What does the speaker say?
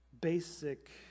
basic